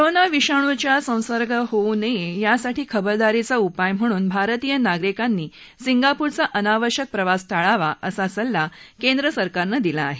corona विषाणूच्या संसर्ग होऊ नये यासाठीचा खबरदारीचा उपाय म्हणून भारतीय नागरिकांनी सिंगापूरचा अनावश्यक प्रवास टाळावा असा सल्ला केंद्र सरकारनं दिला आहे